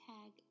Tag